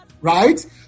Right